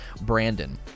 Brandon